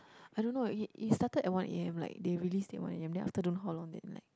I don't know it it started at one A_M like they release at one A_M then after don't know after how long that night